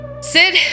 Sid